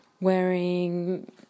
wearing